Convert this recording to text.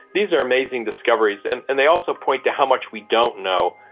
these are amazing discoveries and and they also point to how much we don't know,